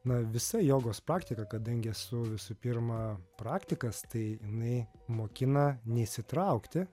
na visa jogos praktika kadangi esu visų pirma praktikas tai jinai mokina neįsitraukti